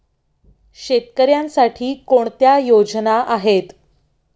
शेतकऱ्यांसाठी कोणत्या योजना आहेत?